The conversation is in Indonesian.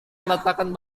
meletakkan